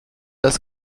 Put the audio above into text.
das